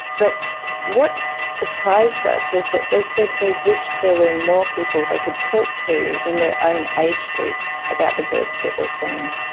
but what surprised us was that they said they wished there were more people they could talk to in their own age group about the birds that they are seeing.